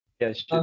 Yes